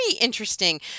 interesting